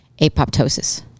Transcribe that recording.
apoptosis